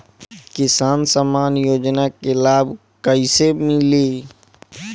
किसान सम्मान योजना के लाभ कैसे मिली?